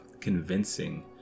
convincing